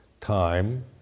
time